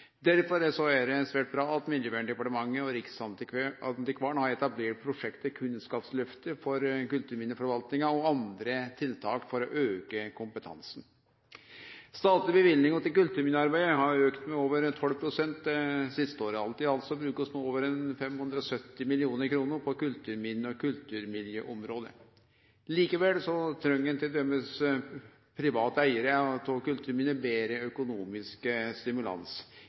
er det svært bra at Miljøverndepartementet og riksantikvaren har etablert prosjektet Kunnskapsløft for kulturminneforvaltinga og andre tiltak for å auke kompetansen. Statlege løyvingar til kulturminnearbeidet har auka med over 12 pst. det siste året. Alt i alt bruker vi nå over 570 mill. kr på kulturminne- og kulturmiljøområdet. Likevel treng t.d. private eigarar av kulturminne betre økonomisk stimulans